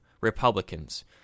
Republicans